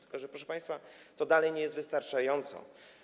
Tylko że, proszę państwa, to dalej nie jest wystarczająco.